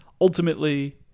ultimately